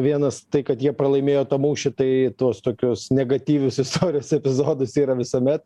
vienas tai kad jie pralaimėjo tą mūšį tai tuos tokius negatyvius istorijos epizodus yra visuomet